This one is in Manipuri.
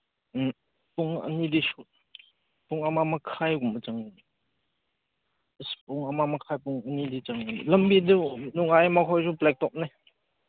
ꯎꯝ ꯄꯨꯡ ꯑꯅꯤꯗꯤ ꯄꯨꯡ ꯑꯃ ꯃꯈꯥꯏꯒꯨꯝꯕ ꯆꯪꯉꯤ ꯑꯁ ꯄꯨꯡ ꯑꯃ ꯃꯈꯥꯏꯒꯨꯝꯕ ꯄꯨꯡ ꯑꯅꯤꯗꯤ ꯆꯪꯒꯅꯤ ꯂꯝꯕꯤꯗꯨ ꯅꯨꯡꯉꯥꯏ ꯃꯈꯣꯏꯁꯨ ꯕ꯭ꯂꯦꯛ ꯇꯣꯞꯅꯦ